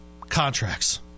Contracts